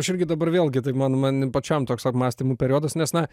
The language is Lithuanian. aš irgi dabar vėlgi tai man man pačiam toks apmąstymų periodas nes na